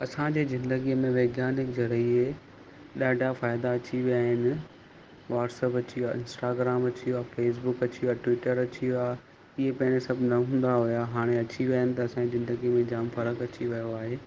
असांजे ज़िंदगीअ में वैज्ञानिक ज़रिए ॾाढा फ़ाइदा अची विया आहिनि व्हाट्सअप अची वियो आहे इंस्टाग्राम अची वियो आहे फेस्बुक अची वियो आहे ट्विटर अची वियो आहे इहे पहिरियों सभु न हूंदा हुआ हाणे अची विया आहिनि त असांजी ज़िंदगीअ में जाम फ़र्क़ु अची वियो आहे